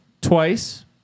twice